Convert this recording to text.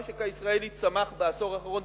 המשק הישראלי צמח בעשור האחרון